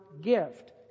gift